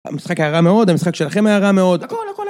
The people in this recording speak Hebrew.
המשחק היה רע מאוד, המשחק שלכם היה רע מאוד, הכל הכל